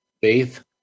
Faith